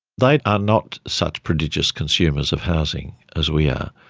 they are not such prodigious consumers of housing as we are.